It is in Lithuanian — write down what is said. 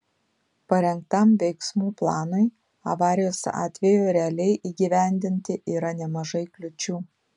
parengtam veiksmų planui avarijos atveju realiai įgyvendinti yra nemažai kliūčių